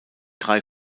drei